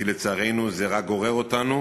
כי לצערנו זה רק גורר אותנו